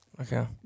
Okay